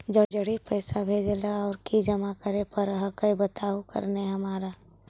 जड़ी पैसा भेजे ला और की जमा करे पर हक्काई बताहु करने हमारा?